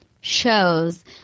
shows